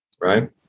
Right